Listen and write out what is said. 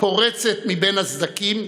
פורצת מבין הסדקים,